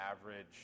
average